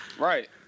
right